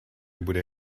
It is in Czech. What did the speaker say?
bude